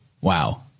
Wow